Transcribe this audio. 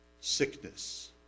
sickness